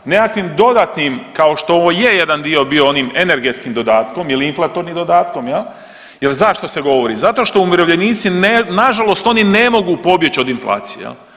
Nekakvim dodatnim, kao što je ovo je jedan dio bio onim energetskim dodatkom ili inflatornim dodatkom, je li, jer zašto se govori, zato što umirovljenici, nažalost oni ne mogu pobjeći od inflacije.